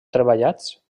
treballats